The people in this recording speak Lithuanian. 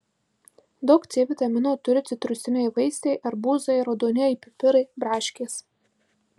daug c vitamino turi citrusiniai vaisiai arbūzai raudonieji pipirai braškės